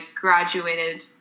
graduated